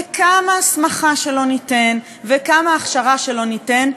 וכמה הסמכה שלא ניתן וכמה הכשרה שלא ניתן,